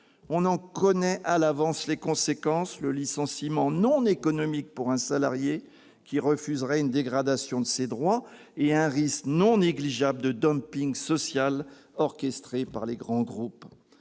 On en connaît à l'avance les conséquences : le licenciement non économique pour un salarié qui refuserait une dégradation de ses droits, et un risque non négligeable de social orchestré par les grands groupes